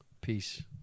Peace